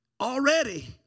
already